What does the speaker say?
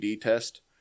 test